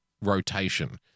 rotation